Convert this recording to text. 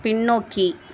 பின்னோக்கி